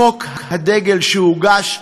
חוק הדגל, שהוגש,